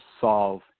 solve